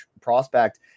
prospect